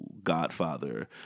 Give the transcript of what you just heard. Godfather